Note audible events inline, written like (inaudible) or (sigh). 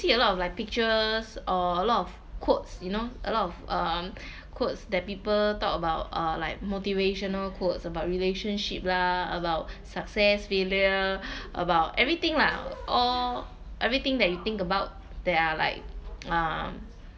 see a lot of like pictures or a lot of quotes you know a lot of um quotes that people talk about uh like motivational quotes about relationship lah about success failure (breath) about everything lah or everything that you think about that are like um